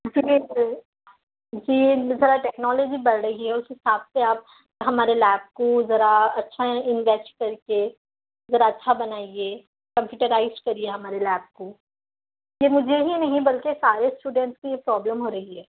جیسے کہ جی جس طرح ٹیکنالوجی بڑھ رہی ہے اس حساب سے آپ ہمارے لیب کو ذرا اچھا کر کے ذرا اچھا بنائیے کمپیوٹرائز کریئے ہمارے لیب کو یہ مجھے ہی نہیں بلکہ سارے اسٹوڈینس کی یہ پرابلم ہو رہی ہے